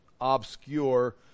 obscure